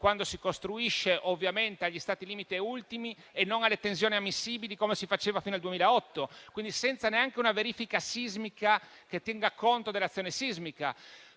quando si costruisce ovviamente agli stati limite ultimi e non alle tensioni ammissibili, come si faceva fino al 2008, quindi senza neanche una verifica che tenga conto dell'azione sismica.